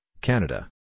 Canada